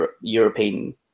European